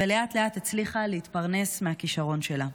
ולאט-לאט הצליחה להתפרנס מהכישרון שלה.